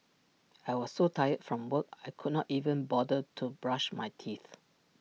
I was so tired from work I could not even bother to brush my teeth